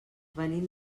venim